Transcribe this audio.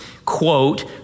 quote